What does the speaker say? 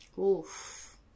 Oof